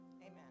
Amen